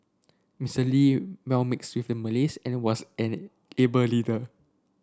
Mister Lee well mixed with the Malays and was an a able leader